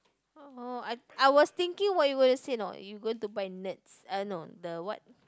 oh I I was thinking what you were to say you know you're going to buy nets I no the what